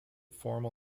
formal